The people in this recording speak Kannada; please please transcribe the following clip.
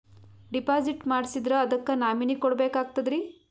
ಡಿಪಾಜಿಟ್ ಮಾಡ್ಸಿದ್ರ ಅದಕ್ಕ ನಾಮಿನಿ ಕೊಡಬೇಕಾಗ್ತದ್ರಿ?